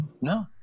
No